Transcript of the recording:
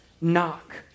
knock